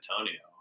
Antonio